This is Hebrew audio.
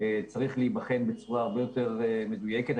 צריך להיבחן בצורה הרבה יותר מדויקת.